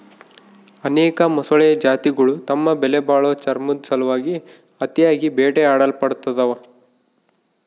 ಅನೇಕ ಮೊಸಳೆ ಜಾತಿಗುಳು ತಮ್ಮ ಬೆಲೆಬಾಳೋ ಚರ್ಮುದ್ ಸಲುವಾಗಿ ಅತಿಯಾಗಿ ಬೇಟೆಯಾಡಲ್ಪಡ್ತವ